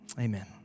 amen